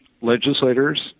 legislators